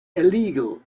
illegal